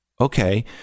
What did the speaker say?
Okay